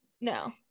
no